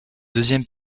deuxième